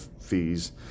fees